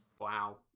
Wow